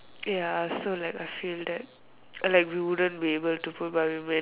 ya so like I feel that like we wouldn't be able to provide but we manage